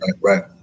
Right